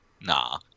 Nah